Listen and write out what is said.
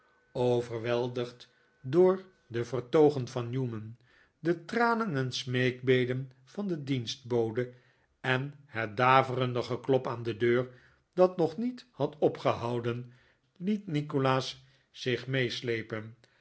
overweldigd doorde vertoogen van newman de tranen en smeekbeden van de dienstbode en het daverende geklop aan de deur dat nog niet had opgehouden liet nikolaas zich meeslepen